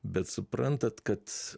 bet suprantat kad